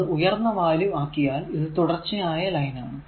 ഇത് ഉയർന്ന വാല്യൂ ആക്കിയാൽ ഇത് തുടർച്ചയായ ലൈൻ ആണ്